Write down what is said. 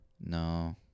No